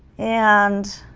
and